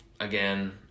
Again